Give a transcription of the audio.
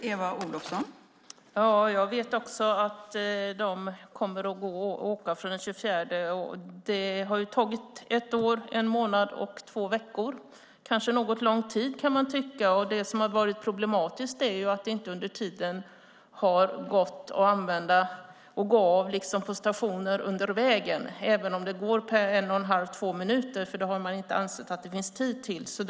Fru talman! Jag vet också att de kommer att fungera från och med den 24. Det har tagit ett år, en månad och två veckor. Man kan kanske tycka att det är en något lång tid. Det som har varit problematiskt är ju att det under tiden inte har gått att gå av på stationer under vägen även om det går på en och en halv till två minuter. Man har inte ansett att det finns tid till detta.